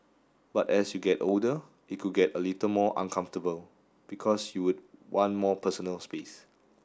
but as you get older it could get a little more uncomfortable because you would want more personal space